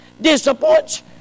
disappoints